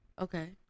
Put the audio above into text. Okay